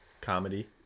comedy